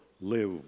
live